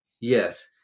Yes